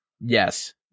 Yes